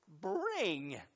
bring